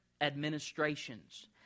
administrations